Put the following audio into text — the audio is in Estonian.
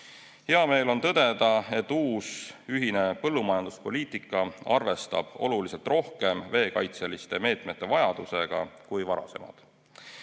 Hea meel on tõdeda, et uus ühine põllumajanduspoliitika arvestab oluliselt rohkem veekaitseliste meetmete vajadusega kui varasemad,